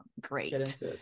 great